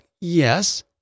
Yes